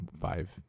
five